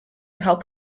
help